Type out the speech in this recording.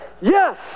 Yes